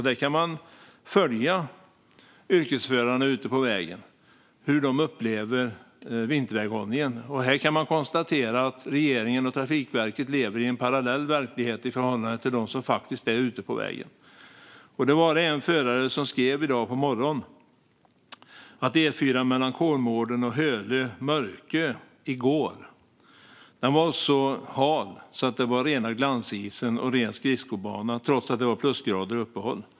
Där kan man följa yrkesförarna ute på vägen och se hur de upplever vinterväghållningen. Man kan konstatera att regeringen och Trafikverket lever i en parallell verklighet i förhållande till dem som faktiskt är ute på vägen. En förare skrev i morse att E4:an mellan Kolmården och Hölö-Mörkö i går var så hal att det var rena glansisen, ren skridskobana, trots att det var plusgrader och uppehåll.